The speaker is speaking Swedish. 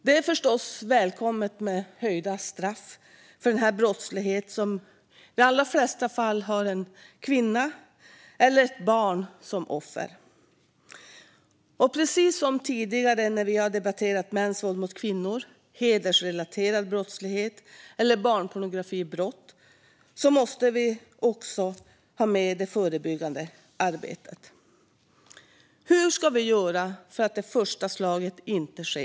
Det är förstås välkommet med höjda straff för denna brottslighet, som i de allra flesta fall har en kvinna eller ett barn som offer. Och precis som tidigare när vi har debatterat mäns våld mot kvinnor, hedersrelaterad brottslighet eller barnpornografibrott måste vi också ha med det förebyggande arbetet. Hur ska vi göra för att det första slaget inte ska ske?